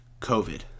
COVID